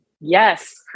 Yes